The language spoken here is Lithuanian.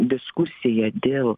diskusija dėl